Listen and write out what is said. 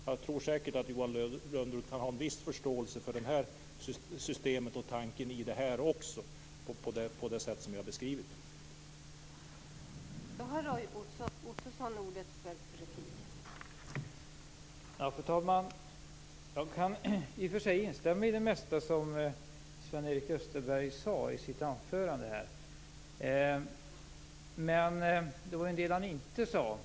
Jag tror säkert att Johan Lönnroth kan ha en viss förståelse för det här systemet och tanken i det också, på det sätt som jag har beskrivit det.